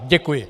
Děkuji.